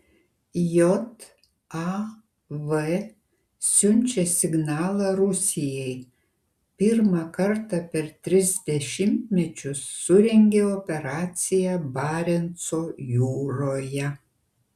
jav siunčia signalą rusijai pirmą kartą per tris dešimtmečius surengė operaciją barenco jūroje